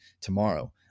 tomorrow